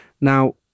Now